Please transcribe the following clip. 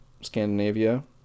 Scandinavia